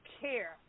Care